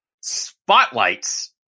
spotlights